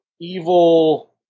evil